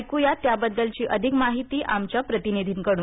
ऐकू या त्याबद्दलची अधिक माहिती आमच्या प्रतिनिधीकडून